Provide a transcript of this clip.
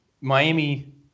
Miami